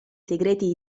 segreti